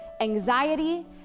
anxiety